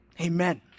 Amen